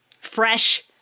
fresh